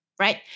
right